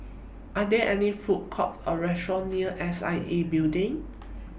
Are There any Food Court Or Restaurant near S I A Building